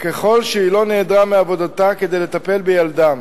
ככל שהיא לא נעדרה מעבודתה כדי לטפל בילדם